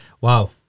wow